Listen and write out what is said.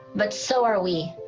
but so are we